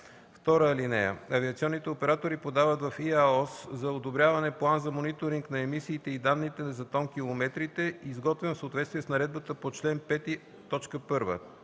(2) Авиационните оператори подават в ИАОС за одобряване план за мониторинг на емисиите и данните за тонкилометрите, изготвен в съответствие с наредбата по чл. 5,